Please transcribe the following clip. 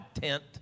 tent